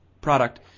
product